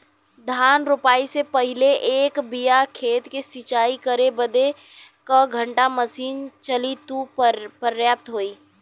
धान रोपाई से पहिले एक बिघा खेत के सिंचाई करे बदे क घंटा मशीन चली तू पर्याप्त होई?